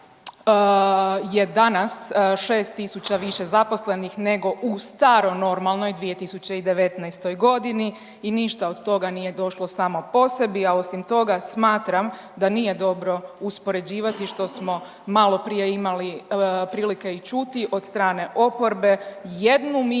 je danas 6.000 više zaposlenih nego u staro normalnoj 2019.g. i ništa od toga nije došlo samo po sebi, a osim toga smatram da nije dobro uspoređivati, što smo maloprije imali prilike i čuti od strane oporbe, jednu minimalnu